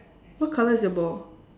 what colour is your ball